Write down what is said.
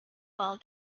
ball